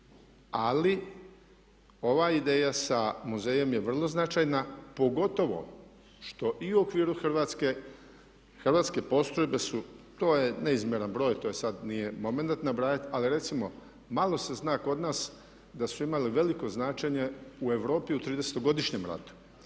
ali ova ideja sa muzejom je vrlo značajna pogotovo što i u okviru Hrvatske, hrvatske postrojbe su, to je neizmjeran broj, to sada nije momenat nabrajati, ali recimo malo se zna kod nas da su imali veliko značenje u Europi u 30.-to godišnjem ratu.